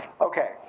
Okay